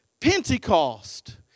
Pentecost